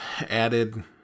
Added